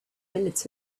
minutes